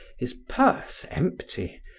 his purse empty,